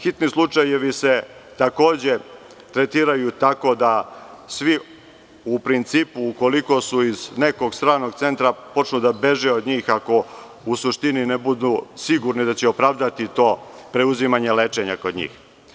Hitni slučajevi se takođe tretiraju tako da svi, ako su iz nekog stranog centra, počnu da beže od njih, ako ne budu sigurni da će opravdati to preuzimanje lečenja kod njih.